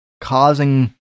causing